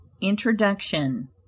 Introduction